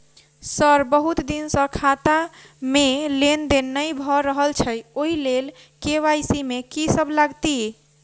Sir बहुत दिन सऽ खाता मे लेनदेन नै भऽ रहल छैय ओई लेल के.वाई.सी मे की सब लागति ई?